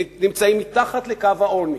"נמצאים מתחת לקו העוני"